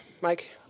Mike